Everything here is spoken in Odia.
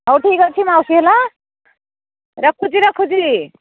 ହଉ ଠିକ୍ ଅଛି ମାଉସୀ ହେଲା ରଖୁଛି ରଖୁଛି